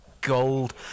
gold